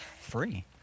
free